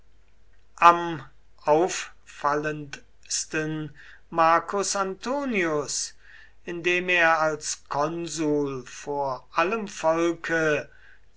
am auffallendsten marcus antonius indem er als konsul vor allem volke